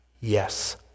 yes